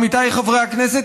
עמיתיי חברי הכנסת,